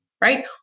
right